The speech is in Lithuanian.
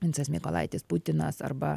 vincas mykolaitis putinas arba